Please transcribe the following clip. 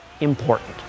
important